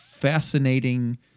fascinating